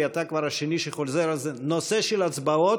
כי אתה כבר השני שחוזר על זה: הנושא של ההצבעות